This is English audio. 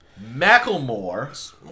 Macklemore